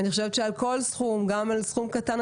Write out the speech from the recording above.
אני חושבת שעל כל סכום, גם על סכום קטן,